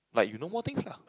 like you know more things lah